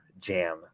Jam